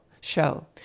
show